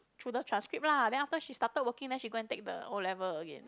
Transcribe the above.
through the transcript lah then after she started working then she go and take the O level again